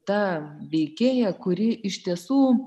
ta veikėja kuri iš tiesų